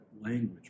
language